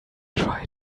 try